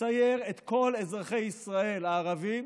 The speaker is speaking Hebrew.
לצייר את כל אזרחי ישראל הערבים